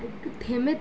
একটু থেমে